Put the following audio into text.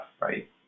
right